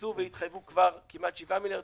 בוצעו והתחייבו כבר כמעט 7 מיליארד,